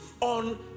on